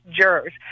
jurors